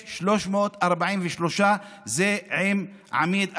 1,343 זה עם עמיד אל-ג'יש,